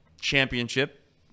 championship